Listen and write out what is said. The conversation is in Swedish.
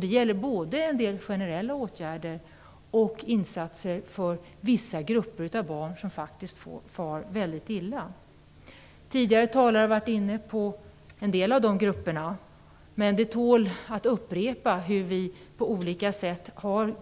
Det gäller både en del generella åtgärder och insatser för vissa grupper av barn som faktiskt far mycket illa. Tidigare talare har varit inne på en del av de grupperna, men det tål att upprepas att vi har olika